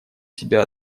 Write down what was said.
себя